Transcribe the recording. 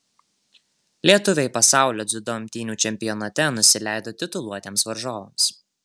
lietuviai pasaulio dziudo imtynių čempionate nusileido tituluotiems varžovams